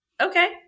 okay